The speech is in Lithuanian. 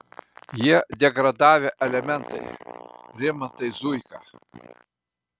jie degradavę elementai rimantai zuika